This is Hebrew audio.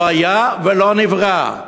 לא היה ולא נברא,